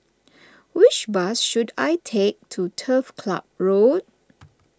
which bus should I take to Turf Club Road